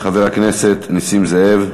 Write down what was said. חבר הכנסת נסים זאב.